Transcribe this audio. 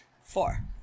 Four